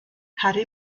harri